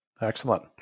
Excellent